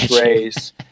race